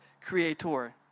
creator